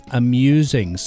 amusing